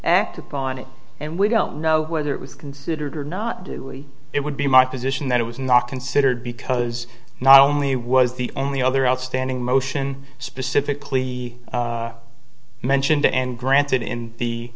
upon it and we don't know whether it was considered or not do it would be my position that it was not considered because not only was the only other outstanding motion specifically mentioned and granted in the